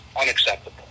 unacceptable